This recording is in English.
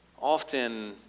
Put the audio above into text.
Often